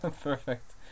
Perfect